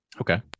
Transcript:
okay